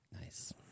Nice